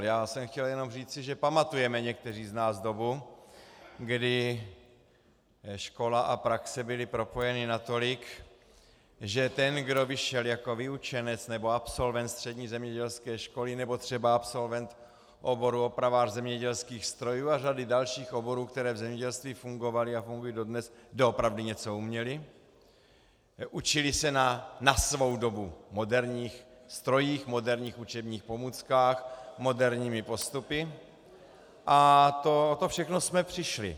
Já jsem chtěl jenom říci, že pamatujeme někteří z nás dobu, kdy škola a praxe byly propojeny natolik, že ten, kdo vyšel jako vyučenec nebo absolvent střední zemědělské školy nebo třeba absolvent oboru opravář zemědělských strojů a dalších oborů, které v zemědělství fungovaly a fungují dodnes, doopravdy něco uměl, učil se na svou dobu na moderních strojích, moderních učebních pomůckách moderními postupy, a o to všechno jsme přišli.